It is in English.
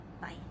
Bye